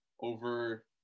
over